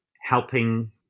helping